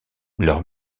leur